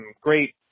great